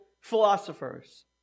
philosophers